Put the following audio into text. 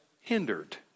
hindered